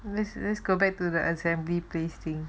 let's go let's go back to the assembly placing